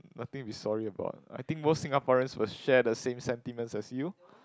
nothing to be sorry about I think most Singaporeans will share the same sentiments as you